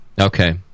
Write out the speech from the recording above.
Okay